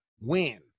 win